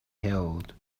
held